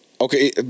Okay